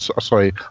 Sorry